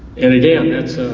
and again, that's